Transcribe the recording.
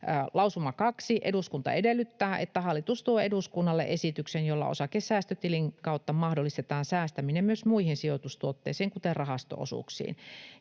Lausuma 2: ”Eduskunta edellyttää, että hallitus tuo eduskunnalle esityksen, jolla osakesäästötilin kautta mahdollistetaan säästäminen myös muihin sijoitustuotteisiin, kuten rahasto-osuuksiin.”